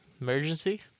Emergency